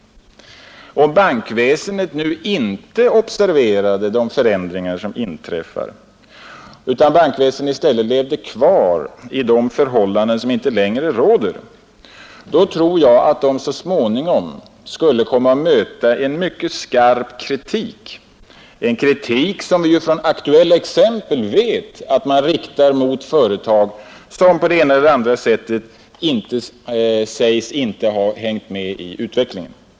Om bankväsendet inte observerar de förändringar som sker utan lever kvar i förhållanden som ej längre råder tror jag att bankerna så småningom möter en mycket skarp kritik, en kritik som vi från aktuella exempel vet riktas mot företag som på det ena eller det andra sättet inte har hängt med i utvecklingen.